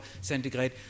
centigrade